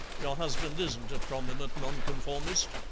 your husband isn't a prominent nonconformist,